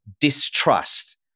distrust